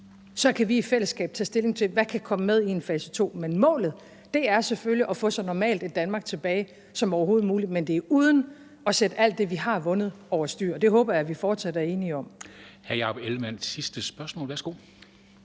os, kan vi i fællesskab tage stilling til, hvad der kan komme med i en fase to, men målet er selvfølgelig at få så normalt et Danmark tilbage som overhovedet muligt, men det er uden at sætte alt det, vi har vundet, over styr, og det håber jeg vi fortsat er enige om.